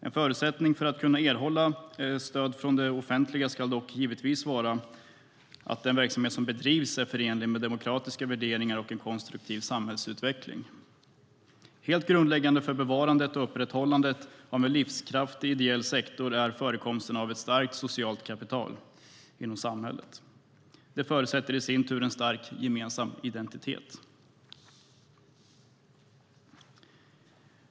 En förutsättning för att erhålla stöd från det offentliga ska dock givetvis vara att den verksamhet som bedrivs är förenlig med demokratiska värderingar och en konstruktiv samhällsutveckling. Helt grundläggande för bevarandet och upprätthållandet av en livskraftig ideell sektor är förekomsten av ett starkt socialt kapital inom samhället. Det förutsätter i sin tur en stark gemensam identitet.